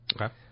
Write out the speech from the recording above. Okay